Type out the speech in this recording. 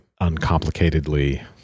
uncomplicatedly